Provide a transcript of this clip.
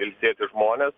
ilsėtis žmonės